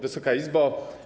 Wysoka Izbo!